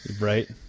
right